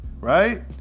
right